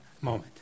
moment